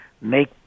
make